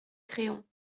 créon